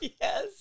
Yes